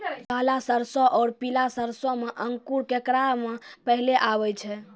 काला सरसो और पीला सरसो मे अंकुर केकरा मे पहले आबै छै?